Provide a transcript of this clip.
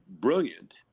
brilliant